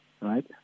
Right